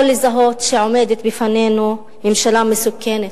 יכול לזהות שעומדת בפנינו ממשלה מסוכנת,